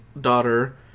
daughter